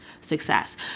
success